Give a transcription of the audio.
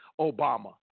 Obama